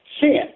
sin